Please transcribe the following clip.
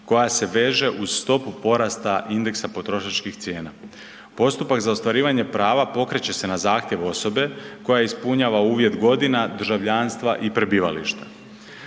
koja se veže uz stopu porasta indeksa potrošačkih cijena. Postupak za ostvarivanje prava pokreće se na zahtjev osobe koja ispunjava uvjet godina, državljanstva i prebivališta.